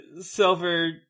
Silver